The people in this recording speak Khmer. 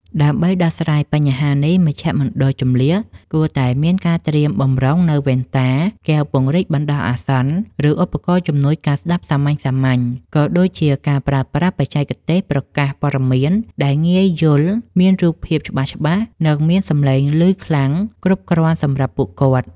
ដើម្បីដោះស្រាយបញ្ហានេះ មជ្ឈមណ្ឌលជម្លៀសគួរតែមានការត្រៀមបម្រុងនូវវ៉ែនតា កែវពង្រីកបណ្ដោះអាសន្ន ឬឧបករណ៍ជំនួយការស្ដាប់សាមញ្ញៗ ក៏ដូចជាការប្រើប្រាស់បច្ចេកទេសប្រកាសព័ត៌មានដែលងាយយល់ មានរូបភាពច្បាស់ៗ និងមានសម្លេងឮខ្លាំងគ្រប់គ្រាន់សម្រាប់ពួកគាត់។